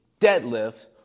deadlift